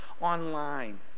online